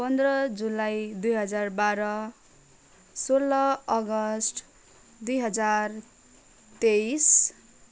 पन्ध्र जुलाई दुई हजार बाह्र सोह्र अगस्त दुई हजार तेइस